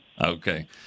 Okay